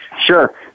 Sure